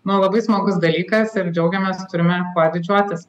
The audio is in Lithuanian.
nu labai smagus dalykas ir džiaugiamės turime kuo didžiuotis